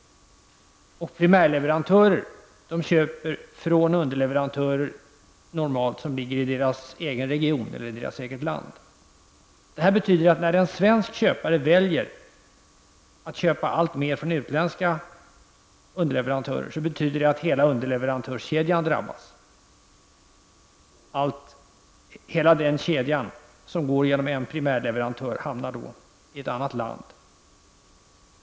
Primärleverantörerna köper normalt från underleverantörer som verkar i deras egen region eller i deras eget land. När svenska företag väljer att köpa alltmer från utländska underleverantörer betyder det att hela underleverantörskedjan drabbas. Hela den kedja som går genom en primärleverantör hamnar då i ett annat land.